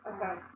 Okay